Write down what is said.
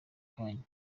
kanya